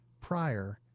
prior